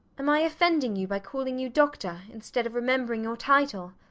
am i offending you by calling you doctor instead of remembering your title?